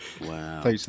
wow